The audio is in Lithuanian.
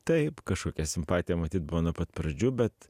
taip kažkokia simpatija matyt buvo nuo pat pradžių bet